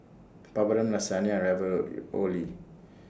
Papadum Lasagna and Ravioli